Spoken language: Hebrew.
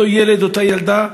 אותו ילד, אותה ילדה,